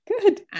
Good